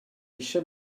eisiau